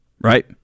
right